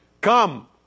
come